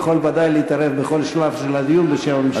יכול בוודאי להתערב בכל שלב של הדיון בשם הממשלה.